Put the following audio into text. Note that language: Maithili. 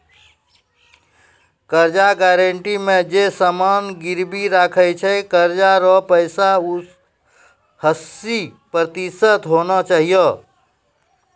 कर्जा गारंटी मे जे समान गिरबी राखै छै कर्जा रो पैसा हस्सी प्रतिशत होना चाहियो